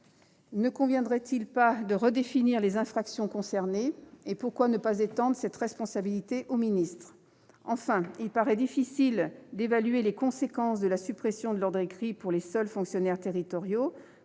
Ne conviendrait-il pas de redéfinir les infractions concernées ? Pourquoi ne pas étendre cette responsabilité aux ministres ? Enfin, il paraît difficile d'évaluer les conséquences de la suppression de l'« ordre écrit » pour les seuls fonctionnaires territoriaux.